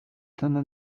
ten